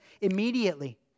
immediately